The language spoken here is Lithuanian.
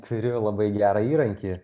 turiu labai gerą įrankį